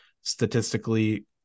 statistically